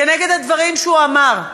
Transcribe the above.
נגד הדברים שהוא אמר.